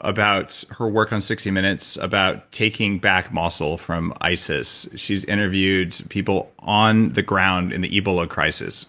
about her work on sixty minutes, about taking back mosul from isis. she's interviewed people on the ground in the ebola crisis.